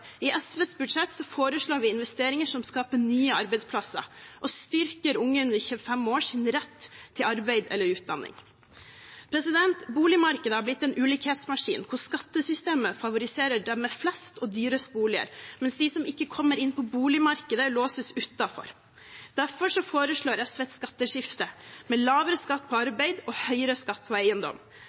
I SVs budsjett foreslår vi investeringer som skaper nye arbeidsplasser og styrker unge under 25 år sin rett til arbeid eller utdanning. Boligmarkedet har blitt en ulikhetsmaskin, hvor skattesystemet favoriserer dem med flest og dyrest boliger, mens de som ikke kommer inn på boligmarkedet, låses utenfor. Derfor foreslår SV et skatteskifte, med lavere skatt på arbeid og høyere skatt på eiendom.